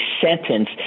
sentence